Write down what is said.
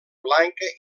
blanca